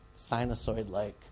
sinusoid-like